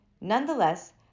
Nonetheless